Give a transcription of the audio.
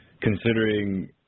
Considering